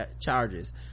charges